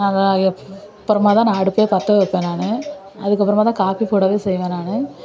நான் அதை அப்புறமா தான் நான் அடுப்பு பற்றவப்பேன் நான் அதுக்கு அப்புறமா தான் காபி போடவே செய்வேன் நானு